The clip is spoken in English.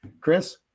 chris